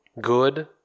Good